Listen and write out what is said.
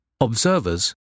Observers